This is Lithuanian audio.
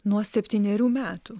nuo septynerių metų